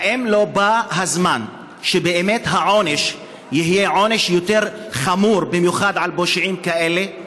האם לא בא הזמן שבאמת העונש יהיה חמור במיוחד על פושעים כאלה?